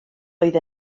oedd